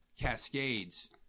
cascades